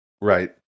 right